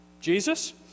Jesus